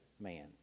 man